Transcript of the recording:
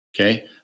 Okay